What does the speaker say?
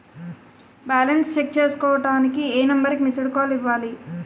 Balance check చేసుకోవటానికి ఏ number కి మిస్డ్ కాల్ ఇవ్వాలి?